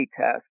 test